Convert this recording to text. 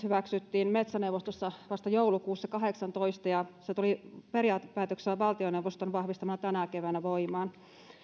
hyväksyttiin metsäneuvostossa vasta joulukuussa kahdeksantoista ja se tuli valtioneuvoston vahvistamalla periaatepäätöksellä tänä keväänä voimaan siinä